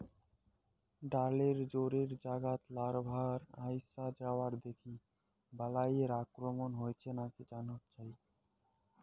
ডালের জোড়ের জাগাত লার্ভার আইসা যাওয়া দেখি বালাইয়ের আক্রমণ হইছে নাকি জানাত যাই